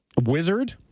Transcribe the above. Wizard